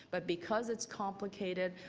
but because it's complicated,